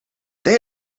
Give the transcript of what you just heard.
they